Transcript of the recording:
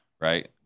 right